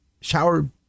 shower